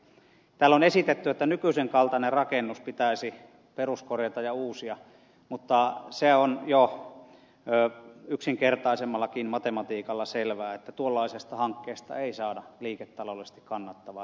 täällä on esitetty että nykyisen kaltainen rakennus pitäisi peruskorjata ja uusia mutta se on jo yksinkertaisemmallakin matematiikalla selvää että tuollaisesta hankkeesta ei saada liiketaloudellisesti kannattavaa